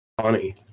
Funny